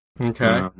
Okay